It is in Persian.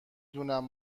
دونم